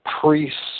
priests